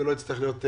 ולא יתעכב.